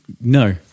No